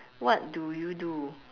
what do you do